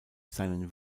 seinen